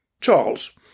Charles